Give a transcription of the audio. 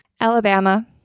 Alabama